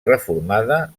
reformada